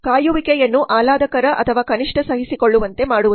ಕಾಯುವಿಕೆಯನ್ನು ಆಹ್ಲಾದಕರ ಅಥವಾ ಕನಿಷ್ಠ ಸಹಿಸಿಕೊಳ್ಳುವಂತೆ ಮಾಡುವುದು